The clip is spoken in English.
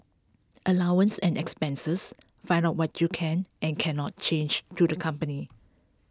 allowance and expenses find out what you can and cannot change to the company